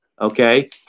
Okay